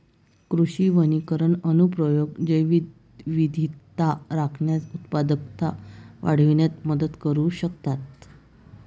कृषी वनीकरण अनुप्रयोग जैवविविधता राखण्यास, उत्पादकता वाढविण्यात मदत करू शकतात